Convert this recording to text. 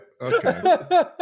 okay